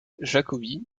jacobi